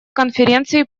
конференции